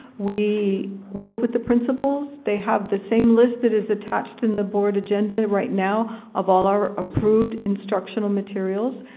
we work with the principals. they have the same list that is attached in the board agenda right now, of all our approved instructional materials.